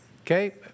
Okay